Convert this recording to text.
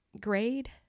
grade